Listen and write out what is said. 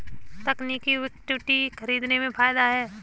तकनीकी इक्विटी खरीदने में फ़ायदा है